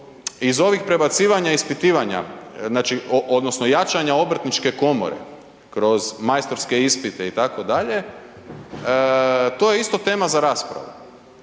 iz ovih prebacivanja ispitivanja, znači odnosno jačanja Obrtničke komore kroz majstorske ispite itd., to je isto tema za raspravu.